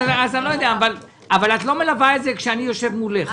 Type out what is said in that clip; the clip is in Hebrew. אבל את לא מלווה את זה כשאני יושב מולך.